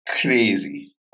crazy